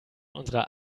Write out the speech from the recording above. unserer